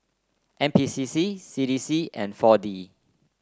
N P C C C D C and four D